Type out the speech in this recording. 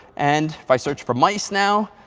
and if i search for mice now,